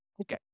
Okay